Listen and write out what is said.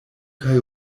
kaj